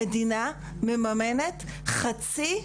המדינה מממנת 50%,